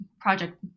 project